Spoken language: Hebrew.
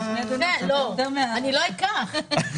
אני לא אקח.